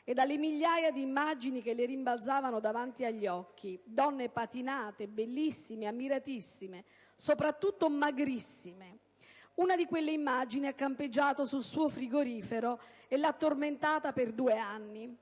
e dalle migliaia di immagini che le rimbalzavano davanti agli occhi: donne patinate, bellissime, ammiratissime. Soprattutto, magrissime! Una di quelle immagini ha campeggiato sul suo frigorifero e l'ha tormentata per due anni.